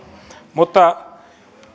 mutta